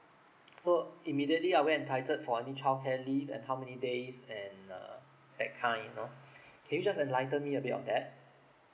so immediately are we entitled for any childcare leave and how many days and uh that kind you know can you just enlighten me a bit on that